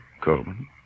Coleman